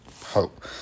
hope